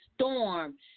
storm